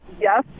yes